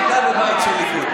גדלת בבית של ליכוד,